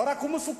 הוא לא רק מסוכן.